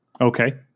Okay